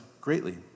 greatly